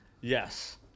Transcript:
Yes